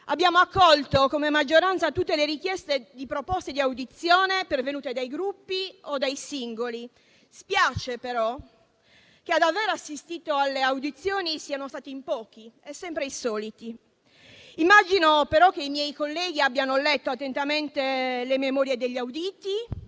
Abbiamo accolto come maggioranza tutte le richieste di proposte di audizione pervenute dai Gruppi o dai singoli. Spiace, però, che ad aver assistito alle audizioni siano stati in pochi e sempre i soliti. Immagino però che i miei colleghi abbiano letto attentamente le memorie degli auditi.